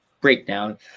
breakdown